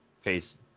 face